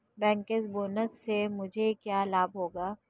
Bankers bonus से मुझे क्या लाभ होगा?